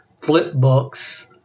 Flipbooks